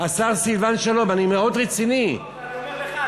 השר סילבן שלום, אני מאוד רציני, אני אומר לך.